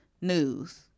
News